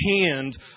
hand